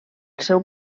seu